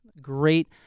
great